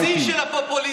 זה השיא של פופוליזם.